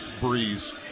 breeze